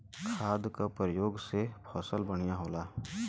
खाद क परयोग से फसल बढ़िया होला